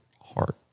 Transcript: heart